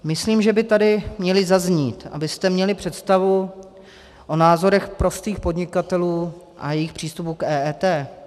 Myslím, že by tady měly zaznít, abyste měli představu o názorech prostých podnikatelů a jejich přístupu k EET.